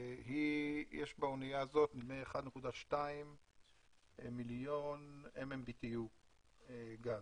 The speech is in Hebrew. יש באנייה הזאת 1.2 מיליון MMBTU גז,